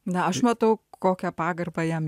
na aš matau kokią pagarbą jam